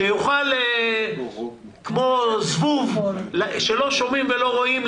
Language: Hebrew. שיוכל כמו זבוב שלא שומעים ולא רואים,